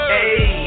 Hey